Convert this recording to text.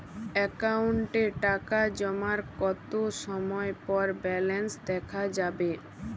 অ্যাকাউন্টে টাকা জমার কতো সময় পর ব্যালেন্স দেখা যাবে?